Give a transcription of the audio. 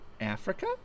Africa